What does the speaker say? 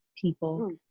people